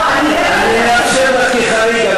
אני אאפשר לך כחריג.